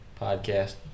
podcast